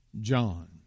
John